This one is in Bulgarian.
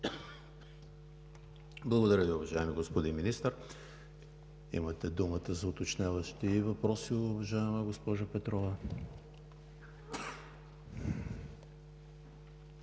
Благодаря Ви, уважаеми господин Министър. Имате думата за уточняващи въпроси, уважаема госпожо Петрова.